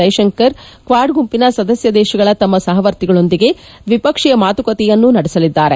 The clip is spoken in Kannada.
ಜೈಸಂಕರ್ ಕ್ವಾಡ್ ಗುಂಪಿನ ಸದಸ್ಯ ದೇಶಗಳ ತಮ್ಮ ಸಪವರ್ತಿಗಳೊಂದಿಗೆ ದ್ವಿಪಕ್ಷೀಯ ಮಾತುಕತೆಯನ್ನೂ ನಡೆಸಲಿದ್ದಾರೆ